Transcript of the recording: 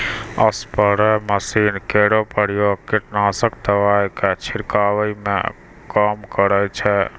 spray machine केरो प्रयोग कीटनाशक दवाई क छिड़कावै म काम करै छै